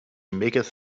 maketh